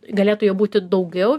galėtų jo būti daugiau